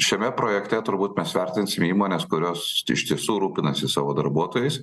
šiame projekte turbūt mes vertinsim įmones kurios iš tiesų rūpinasi savo darbuotojais